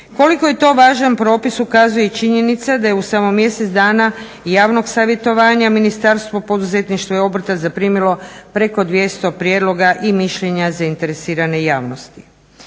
Koliko je to važan propis ukazuje i činjenica da je u samo mjesec dana i javnog savjetovanja Ministarstvo poduzetništva i obrta zaprimilo preko 200 prijedloga i mišljenja zainteresirane javnosti.